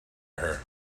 her